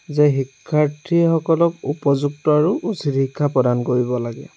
যে শিক্ষাৰ্থীসকলক উপযুক্ত আৰু উচিত শিক্ষা প্ৰদান কৰিব লাগে